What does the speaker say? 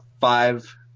five